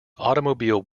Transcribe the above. automobile